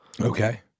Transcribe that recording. Okay